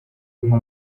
nko